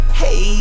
hey